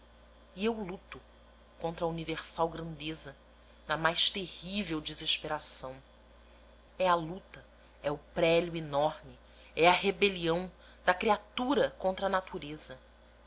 e eu luto contra a universal grandeza na mais terrível desesperação é a luta é o prélio enorme é a rebelião da criatura contra a natureza